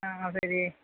ആ ശരി